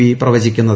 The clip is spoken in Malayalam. ബി പ്രവചിക്കുന്നത്